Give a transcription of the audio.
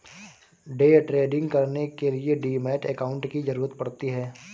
day trading करने के लिए डीमैट अकांउट की जरूरत पड़ती है